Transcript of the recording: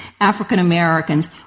African-Americans